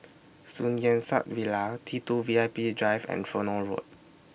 Sun Yat Sen Villa T two V I P Drive and Tronoh Road